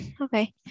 okay